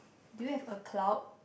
do you have a cloud